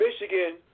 Michigan